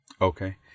Okay